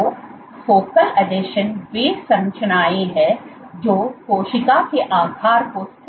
तो फोकल आसंजन वे संरचनाएं हैं जो कोशिका के आकार को स्थिर करती हैं